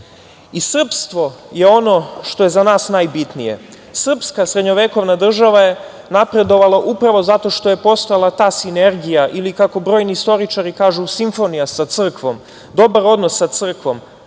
i srpstvo je ono što je za nas najbitnije. Srpska srednjovekovna država je napredovala upravo zato što je postojala ta sinergija ili kako brojni istoričari kažu – simfonija sa crkvom, dobar odnos sa crkvom,